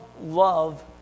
love